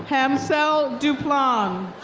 hamsel duplan.